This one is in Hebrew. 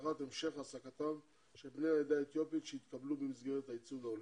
והסדרת המשך העסקתם של בני העדה האתיופית שהתקבלו במסגרת הייצוג ההולם.